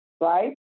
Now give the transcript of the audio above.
right